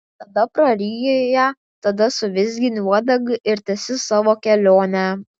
tada praryji ją tada suvizgini uodega ir tęsi savo kelionę